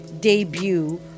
debut